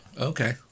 Okay